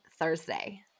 Thursday